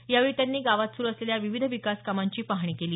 यावेळी त्यांनी गावात सुरु असलेल्या विविध विकास कामांची पाहणी केली